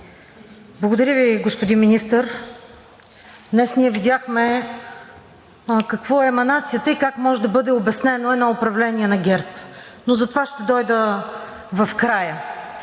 Благодаря Ви господин Министър. Днес ние видяхме какво е еманацията и как може да бъде обяснено едно управление на ГЕРБ, но за това ще говоря в края.